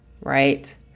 right